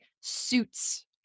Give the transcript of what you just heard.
suits